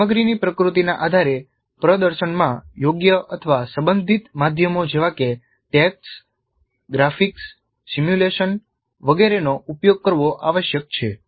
સામગ્રીની પ્રકૃતિના આધારે પ્રદર્શનમાં યોગ્ય સંબંધિત માધ્યમો જેવા કે ટેક્સ્ટ ગ્રાફિક્સ સિમ્યુલેશન વગેરેનો ઉપયોગ કરવો આવશ્યક છે